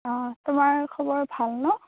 অ' তোমাৰ খবৰ ভাল ন